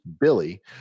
Billy